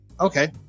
okay